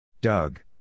Doug